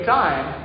time